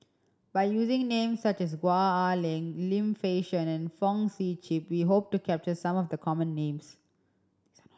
by using names such as Gwee Ah Leng Lim Fei Shen and Fong Sip Chee we hope to capture some of the common names